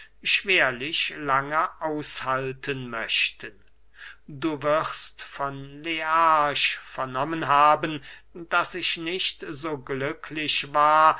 schwerlich lange aushalten möchten du wirst von learch vernommen haben daß ich nicht so glücklich war